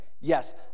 Yes